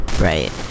right